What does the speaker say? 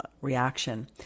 reaction